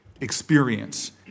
experience